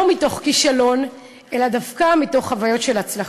לא מתוך כישלון, אלא דווקא מתוך חוויות של הצלחה.